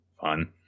fun